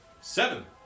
Seven